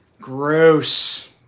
Gross